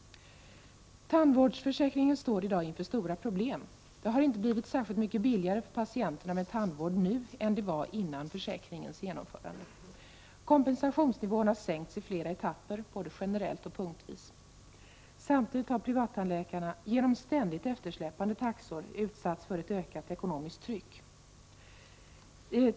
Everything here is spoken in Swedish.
Tandvårdsförsäkringen står i dag inför stora problem. Det har i dag inte blivit särskilt mycket billigare för patienterna med tandvård än det var innan försäkringen infördes. Kompensationsnivån har sänkts i flera etapper, både generellt och punktvis. Samtidigt har privattandläkarna genom ständigt eftersläpande taxor utsatts för ett ökat ekonomiskt tryck.